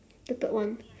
the third one